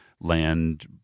land